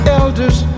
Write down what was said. elders